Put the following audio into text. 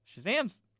Shazam's